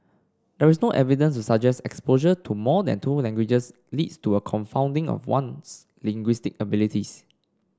there is no evidence to suggest exposure to more than two languages leads to a confounding of one's linguistic abilities